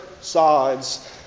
sides